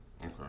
Okay